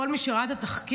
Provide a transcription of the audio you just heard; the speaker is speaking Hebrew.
כל מי שראה את התחקיר,